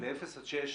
לאפס עד שש